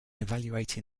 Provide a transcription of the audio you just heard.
evaluating